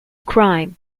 crime